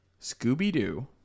Scooby-Doo